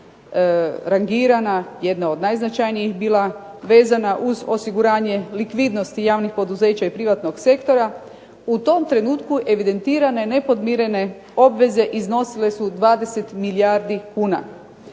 rangirana jedna od najznačajnijih bila vezana uz osiguranje likvidnosti javnih poduzeća i privatnog sektora, u tom trenutku evidentirane nepodmirene obveze iznosile su 20 milijardi kuna.